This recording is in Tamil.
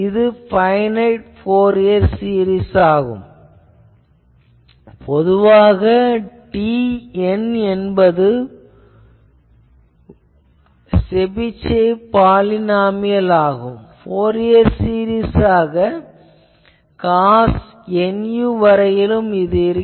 இது பைனைட் ஃபோரியர் சீரிஸ் ஆகும் பொதுவாக TN வது வரிசை செபிஷேவ் பாலினாமியல் என்பதும் ஃபோரியர் சீரிஸ் ஆக cos Nu வரையிலும் இருக்கும்